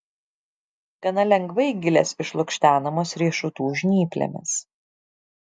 gana lengvai gilės išlukštenamos riešutų žnyplėmis